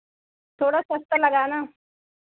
थोड़ा सस्ता लगाना